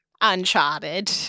Uncharted